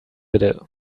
bitte